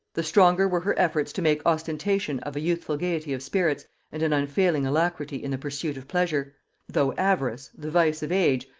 the stronger were her efforts to make ostentation of a youthful gaiety of spirits and an unfailing alacrity in the pursuit of pleasure though avarice, the vice of age,